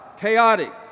chaotic